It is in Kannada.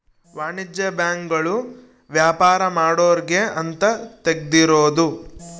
ವಾಣಿಜ್ಯ ಬ್ಯಾಂಕ್ ಗಳು ವ್ಯಾಪಾರ ಮಾಡೊರ್ಗೆ ಅಂತ ತೆಗ್ದಿರೋದು